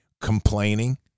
complaining